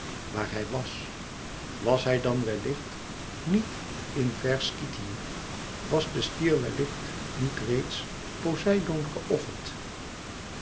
waar hij wàs was hij dan wellicht niet in ver skythië was de stier wellicht niet reeds poseidoon geofferd